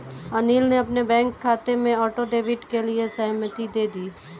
अनिल ने अपने बैंक खाते में ऑटो डेबिट के लिए सहमति दे दी